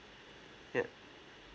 yup